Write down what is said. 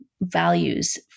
values